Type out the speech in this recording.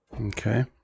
Okay